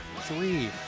three